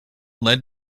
lead